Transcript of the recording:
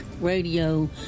Radio